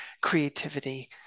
creativity